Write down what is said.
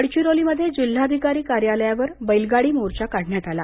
गडचिरोलीमध्ये जिल्हाधिकारी कार्यालयावर बैलगाडी मोर्चा काढण्यात आला